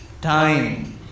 time